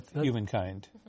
Humankind